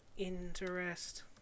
Interest